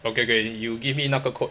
okay okay you give me 那个 code